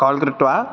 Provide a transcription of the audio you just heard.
call कृत्वा